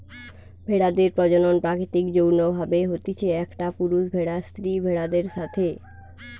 ভেড়াদের প্রজনন প্রাকৃতিক যৌন্য ভাবে হতিছে, একটা পুরুষ ভেড়ার স্ত্রী ভেড়াদের সাথে